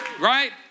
Right